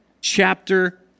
chapter